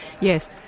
Yes